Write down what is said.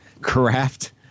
craft